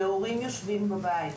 והורים יושבים בבית,